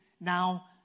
now